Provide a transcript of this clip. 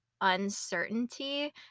uncertainty